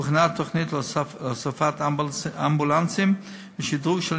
הוכנה תוכנית להוספת אמבולנסים ושדרוג של